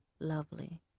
Lovely